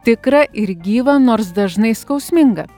tikra ir gyva nors dažnai skausminga